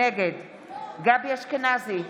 נגד גבי אשכנזי,